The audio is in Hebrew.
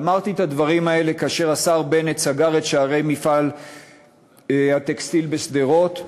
ואמרתי את הדברים האלה כאשר השר בנט סגר את שערי מפעל הטקסטיל בשדרות,